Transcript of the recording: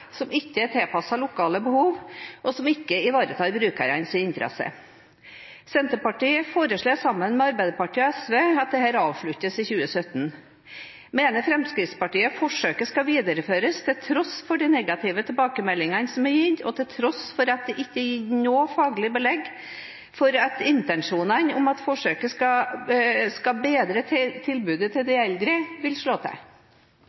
som ikke er tilpasset lokale behov, og som ikke ivaretar brukernes interesse. Senterpartiet foreslår, sammen med Arbeiderpartiet og SV, at dette avsluttes i 2017. Mener Fremskrittspartiet at forsøket skal videreføres til tross for de negative tilbakemeldingene som er kommet, og til tross for at det ikke er noe faglig belegg for at intensjonene om at forsøket skal bedre tilbudet til de eldre, vil slå til?